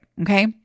Okay